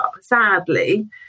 sadly